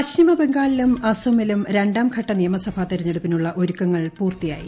പശ്ചിമ ബംഗാളിലും അസമിലും രണ്ടാം ഘട്ട നിയമസഭാ തെരഞ്ഞെടുപ്പിനുള്ള ഒരുക്കങ്ങൾ പൂർത്തിയായി